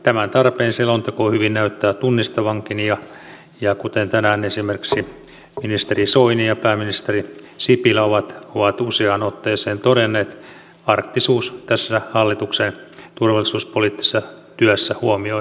tämän tarpeen selonteko hyvin näyttää tunnustavankin ja kuten tänään esimerkiksi ministeri soini ja pääministeri sipilä ovat useaan otteeseen todenneet arktisuus tässä hallituksen turvallisuuspoliittisessa työssä huomio